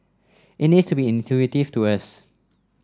it needs to be intuitive to us